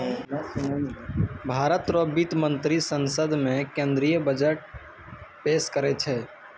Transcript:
भारत रो वित्त मंत्री संसद मे केंद्रीय बजट पेस करै छै